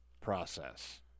process